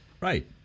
right